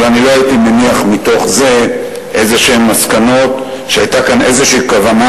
אבל אני לא הייתי מניח מתוך זה מסקנות שהיתה כאן איזו כוונה